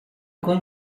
going